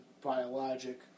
biologic